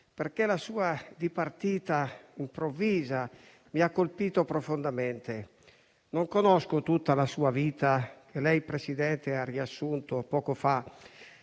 perché la sua dipartita improvvisa mi ha colpito profondamente. Non conosco tutta la sua vita che lei, Presidente, ha riassunto poco fa.